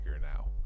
now